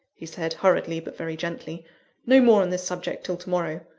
he said, hurriedly, but very gently no more on this subject till to-morrow.